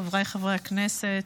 חבריי חברי הכנסת,